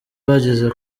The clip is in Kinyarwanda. bagize